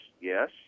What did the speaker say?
Yes